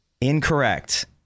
Incorrect